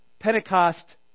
Pentecost